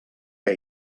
què